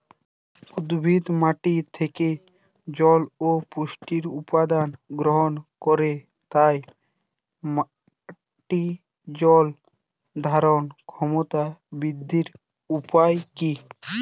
উদ্ভিদ মাটি থেকে জল ও পুষ্টি উপাদান গ্রহণ করে তাই মাটির জল ধারণ ক্ষমতার বৃদ্ধির উপায় কী?